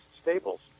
stables